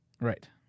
Right